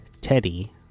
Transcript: Teddy